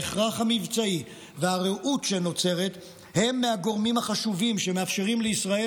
ההכרח המבצעי והרעות שנוצרת הם הגורמים החשובים שמאפשרים לישראל